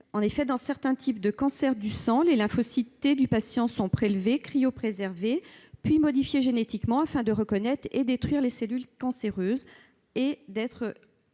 En effet, dans certains types de cancers du sang, les lymphocytes T sont prélevés, cryopréservés, puis modifiés génétiquement afin de reconnaître et de détruire les cellules cancéreuses, avant d'être